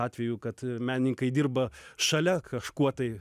atvejų kad menininkai dirba šalia kažkuo tai